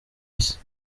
isi